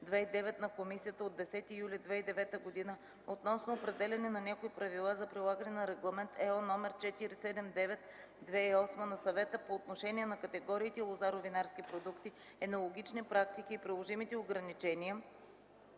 на Комисията от 10 юли 2009 г. относно определяне на някои правила за прилагане на Регламент (ЕО) № 479/2008 на Съвета по отношение на категориите лозаро-винарски продукти, енологични практики и приложимите ограничения